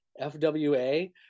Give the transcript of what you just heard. fwa